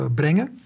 brengen